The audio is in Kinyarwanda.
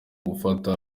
gufata